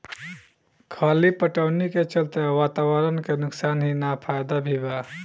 खली पटवनी के चलते वातावरण के नुकसान ही ना फायदा भी बा